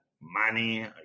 money